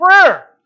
prayer